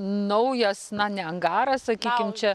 naujas na ne angaras sakykim čia